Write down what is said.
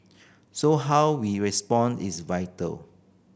so how we respond is vital